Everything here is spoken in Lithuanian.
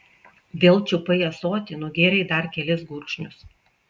vėl čiupai ąsotį nugėrei dar kelis gurkšnius